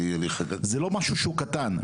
זה לא משהו קטן.